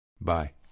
Bye